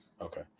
Okay